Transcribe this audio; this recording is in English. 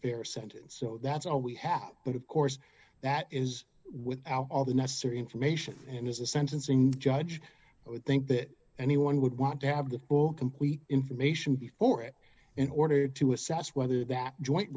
fair sentence so that's all we have but of course that is without all the necessary information and as a sentencing judge i would think that anyone would want to have the full complete information before it in order to assess whether that joint